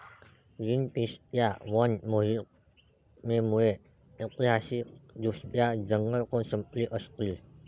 ग्रीनपीसच्या वन मोहिमेमुळे ऐतिहासिकदृष्ट्या जंगलतोड संपली असती